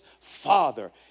father